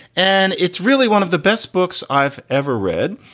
and it's really one of the best books i've ever read.